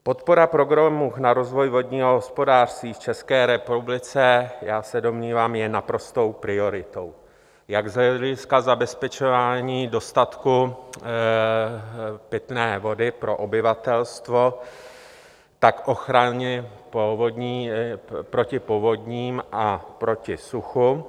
Podpora programu na rozvoj vodního hospodářství v České republice, já se domnívám, je naprostou prioritou jak z hlediska zabezpečování dostatku pitné vody pro obyvatelstvo, tak ochrany proti povodním a proti suchu.